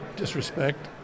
disrespect